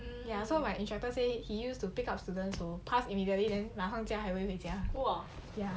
ya so my instructor say he used to pick up students who pass immediately then 马上就要 highway 回家